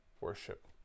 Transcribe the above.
worship